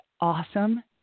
awesome